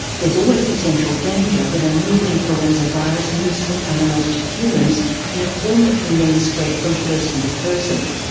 there is always potential danger when a new influenza virus moves from animals to humans in a form that can then spread from person to person.